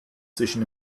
zwischen